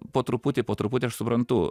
po truputį po truputį aš suprantu